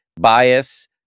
bias